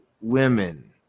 women